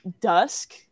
dusk